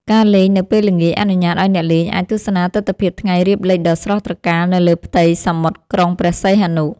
ការលេងនៅពេលល្ងាចអនុញ្ញាតឱ្យអ្នកលេងអាចទស្សនាទិដ្ឋភាពថ្ងៃរៀបលិចដ៏ស្រស់ត្រកាលនៅលើផ្ទៃសមុទ្រក្រុងព្រះសីហនុ។